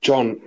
John